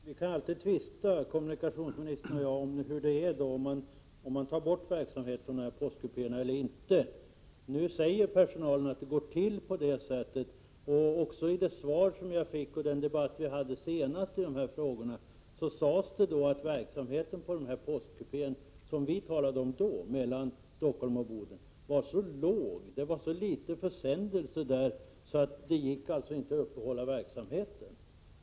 Herr talman! Kommunikationsministern och jag kan tvista om huruvida man i dag håller på att lägga ned verksamheten i postkupéer eller inte. Nu säger personalen att det går till på det sättet. Också i den debatt som vi förde senast i dessa frågor sades det att verksamheten i den postkupé som vi talade om då och som fanns på sträckan Stockholm-Boden omfattade så få försändelser att det inte gick att upprätthålla den.